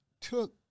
took